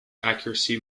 accuracy